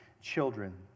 children